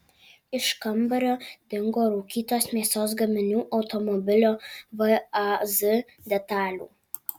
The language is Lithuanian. iš kambario dingo rūkytos mėsos gaminių automobilio vaz detalių